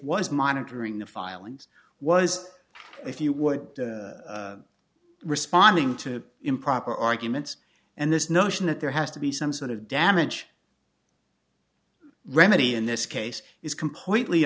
was monitoring the filings was if you were responding to improper arguments and this notion that there has to be some sort of damage remedy in this case is completely